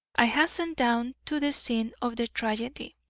i hastened down to the scene of the tragedy,